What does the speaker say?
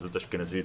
אשכנזית,